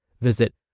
Visit